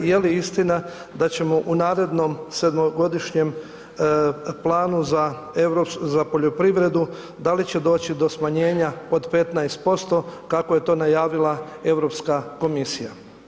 I je li istina da ćemo u narednom sedmogodišnjem planu za poljoprivredu, da li će doći do smanjenja od 15% kako je to najavila Europska komisija?